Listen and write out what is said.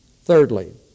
Thirdly